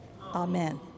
Amen